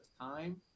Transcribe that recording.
time